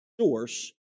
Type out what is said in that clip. source